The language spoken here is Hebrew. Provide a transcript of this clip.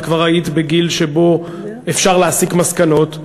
את כבר היית בגיל שבו אפשר להסיק מסקנות,